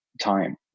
time